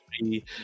three